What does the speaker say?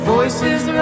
Voices